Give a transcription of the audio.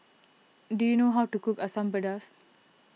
do you know how to cook Asam Pedas